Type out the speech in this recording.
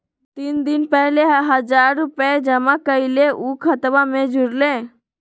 तीन दिन पहले हजार रूपा जमा कैलिये, ऊ खतबा में जुरले?